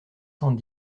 cent